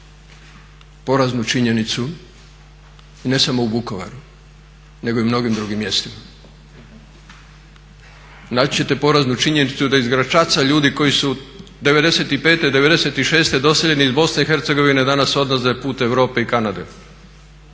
poraznu činjenicu i ne samo u Vukovaru, nego i u mnogim drugim mjestima, naći ćete poraznu činjenicu da iz Gračaca ljudi koji su 95.i 96.doseljeni iz Bosne i Hercegovine danas odlaze put Europe i Kanade,